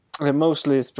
mostly